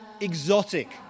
exotic